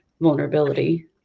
vulnerability